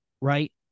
right